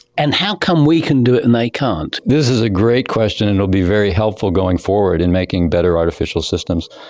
and how come we can do it and they can't? this is a great question and it will be very helpful going forward in making better artificial systems.